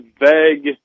vague